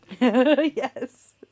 Yes